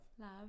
love